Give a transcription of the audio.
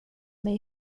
mig